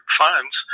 funds